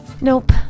Nope